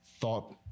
thought